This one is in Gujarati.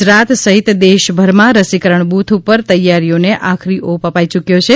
ગુજરાત સહિત દેશભરમાં રસીકરણ બૂથ ઉપર તૈયારીઓ ને આખરી ઓપ અપાઈ યૂક્વો છે